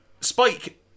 Spike